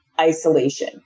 isolation